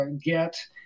get